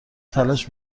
تلاش